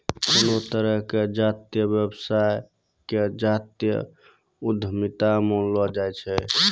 कोनो तरहो के जातीय व्यवसाय के जातीय उद्यमिता मानलो जाय छै